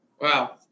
Wow